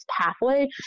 pathway